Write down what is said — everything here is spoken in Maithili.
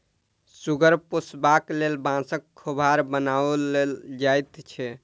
सुगर पोसबाक लेल बाँसक खोभार बनाओल जाइत छै